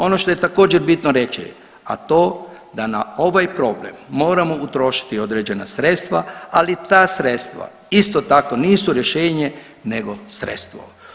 Ono što je također bitno reći, a to da na ovaj problem moramo utrošiti određena sredstva, ali ta sredstva isto tako nisu rješenje nego sredstvo.